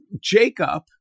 Jacob